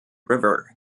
river